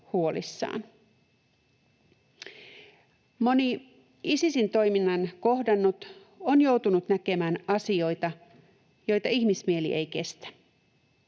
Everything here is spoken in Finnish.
Moni Isisin toiminnan kohdannut on joutunut näkemään asioita, joita ihmismieli ei kestä.